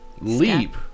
Leap